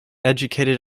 educated